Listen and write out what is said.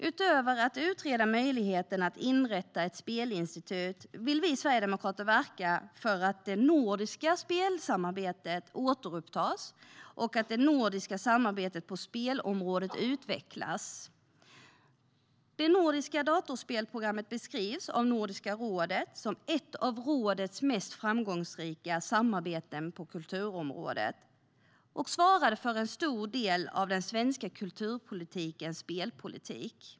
Utöver att utreda möjligheten att inrätta ett spelinstitut vill vi sverigedemokrater verka för att det nordiska spelsamarbetet återupptas och att det nordiska samarbetet på spelområdet utvecklas. Det nordiska datorspelsprogrammet beskrivs av Nordiska rådet som ett av rådets mest framgångsrika samarbeten på kulturområdet och svarade för en stor del av den svenska kulturpolitikens spelpolitik.